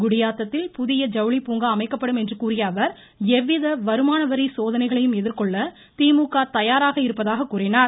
குடியாத்தத்தில் புதிய ஜவுளி பூங்கா அமைக்கப்படும் என்று கூறியஅவர் எவ்வித வருமான வரித்துறை சோதனைகளையும் எதிர்கொள்ள திமுக தயாராக இருப்பதாக கூறினார்